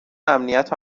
امنیت